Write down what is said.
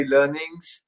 Learnings